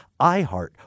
iHeart